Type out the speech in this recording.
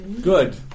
Good